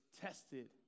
tested